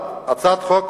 הצעת החוק